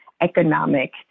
economic